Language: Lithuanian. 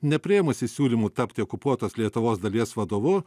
nepriėmusi siūlymų tapti okupuotos lietuvos dalies vadovu